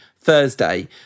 Thursday